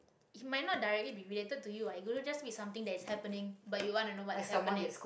it might not directly be related to you [what] it could just be something that's happening but you wanna know what's happening